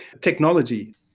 Technology